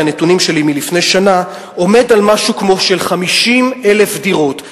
כי הנתונים שלי הם מלפני שנה הוא משהו כמו 50,000 דירות.